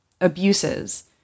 abuses